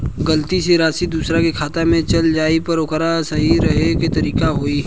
गलती से राशि दूसर के खाता में चल जइला पर ओके सहीक्ष करे के का तरीका होई?